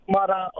Mara